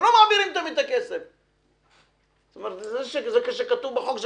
תמיד מעבירים את הכסף למרות שכך כתוב בחוק.